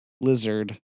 lizard